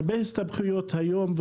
הרבה הסתבכויות היום,